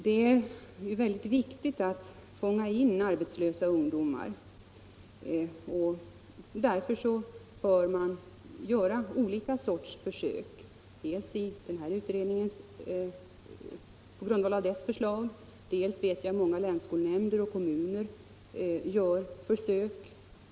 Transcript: Det är mycket viktigt att fånga in arbetslösa ungdomar, och därför bör man göra olika slags försök. Det sker bl.a. på grundval av betygsutredningens förslag. Dessutom gör många länsskolnämnder och kommuner försök.